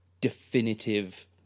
definitive